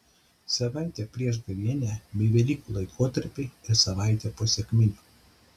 savaitę prieš gavėnią bei velykų laikotarpį ir savaitę po sekminių